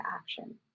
action